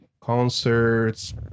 concerts